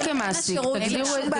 הוא לא מעסיק שלי.